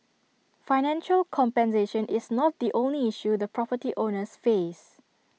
financial compensation is not the only issue the property owners face